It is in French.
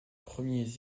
premiers